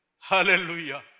Hallelujah